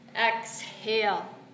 Exhale